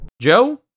Joe